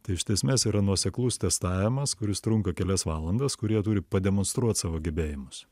tai iš esmės yra nuoseklus testavimas kuris trunka kelias valandas kur jie turi pademonstruot savo gebėjimus